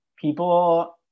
people